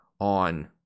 on